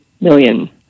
million